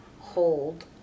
hold